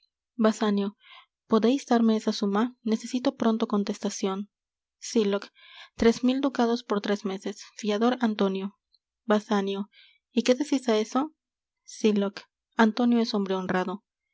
basanio podeis darme esa suma necesito pronto contestacion sylock tres mil ducados por tres meses fiador antonio basanio y qué decis á eso sylock antonio es hombre honrado